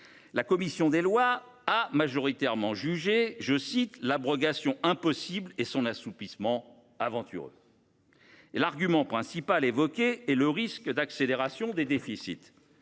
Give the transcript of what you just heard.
La commission des lois a majoritairement jugé « l’abrogation impossible et son assouplissement aventureux ». L’argument principal mis en avant est le risque d’accélération des déficits.